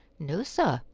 no, sir,